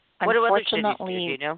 unfortunately